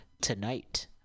tonight